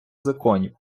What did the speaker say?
законів